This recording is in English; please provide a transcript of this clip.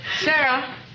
Sarah